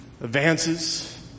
Advances